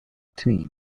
team